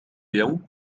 يوم